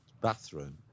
bathroom